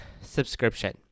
subscription